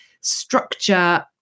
structure